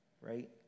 Right